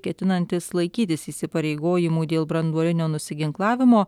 ketinantis laikytis įsipareigojimų dėl branduolinio nusiginklavimo